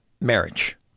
Marriage